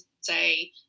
say